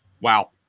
Wow